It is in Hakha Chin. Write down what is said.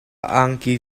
angki